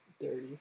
Dirty